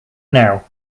now